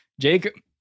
Jake